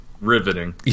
Riveting